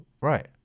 Right